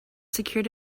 secured